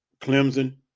Clemson